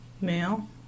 Male